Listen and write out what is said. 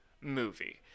movie